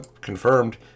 confirmed